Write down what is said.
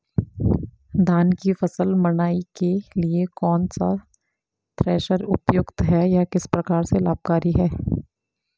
धान की फसल मड़ाई के लिए कौन सा थ्रेशर उपयुक्त है यह किस प्रकार से लाभकारी है?